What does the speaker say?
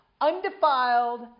undefiled